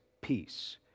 peace